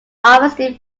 office